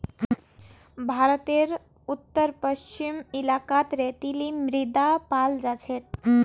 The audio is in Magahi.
भारतेर उत्तर पश्चिम इलाकात रेतीली मृदा पाल जा छेक